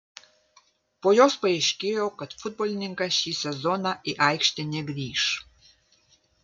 po jos paaiškėjo kad futbolininkas šį sezoną į aikštę negrįš